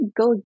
go